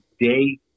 day